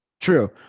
true